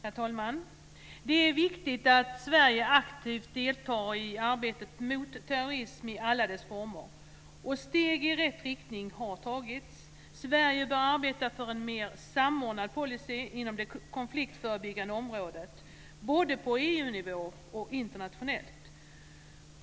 Herr talman! det är viktigt att Sverige aktivt deltar i arbetet mot terrorism i alla dess former. Steg i rätt riktning har tagits. Sverige bör arbeta för en mer samordnad policy på det konfliktförebyggande området både på EU-nivå och internationellt.